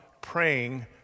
praying